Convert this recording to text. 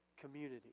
community